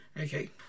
Okay